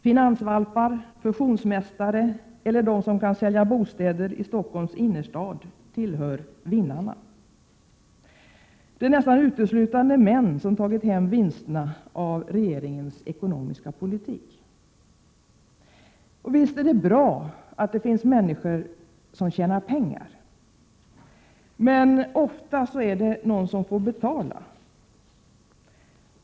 Finansvalpar, fusionsmästare eller de som kan sälja bostäder i Stockholms innerstad tillhör vinnarna. Det är nästan uteslutande män som tagit hem vinsterna av regeringens ekonomiska politik. Visst kan det vara bra att det finns människor som tjänar pengar, men oftast är det någon annan som får betala.